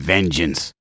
Vengeance